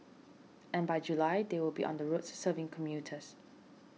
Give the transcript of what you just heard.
and by July they will be on the roads serving commuters